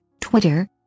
Twitter